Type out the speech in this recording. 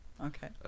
Okay